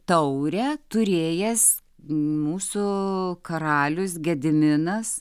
taurę turėjęs mūsų karalius gediminas